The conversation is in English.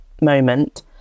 moment